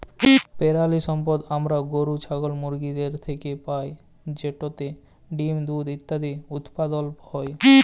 পেরালিসম্পদ আমরা গরু, ছাগল, মুরগিদের থ্যাইকে পাই যেটতে ডিম, দুহুদ ইত্যাদি উৎপাদল হ্যয়